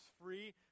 free